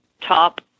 top